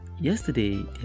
yesterday